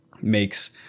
makes